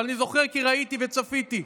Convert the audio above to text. אבל אני זוכר כי ראיתי וצפיתי,